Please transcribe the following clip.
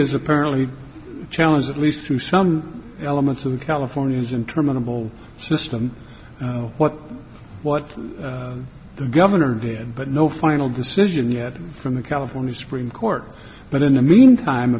is apparently challenged at least to some elements of the california's interminable system what what the governor did but no final decision yet from the california supreme court but in the meantime